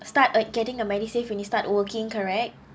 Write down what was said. start a getting a medisave when you start working correct